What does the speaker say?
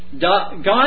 God